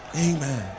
Amen